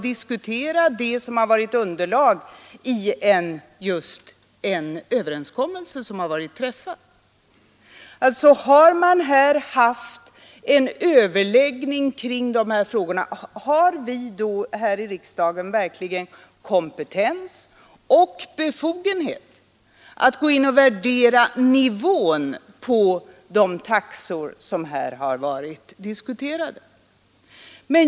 Men jag undrar om vi här i riksdagen verkligen har kompetens och befogenhet att gå in och värdera nivån på de taxor som diskuterats.